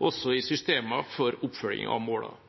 også i systemer for oppfølging av